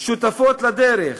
שותפות לדרך,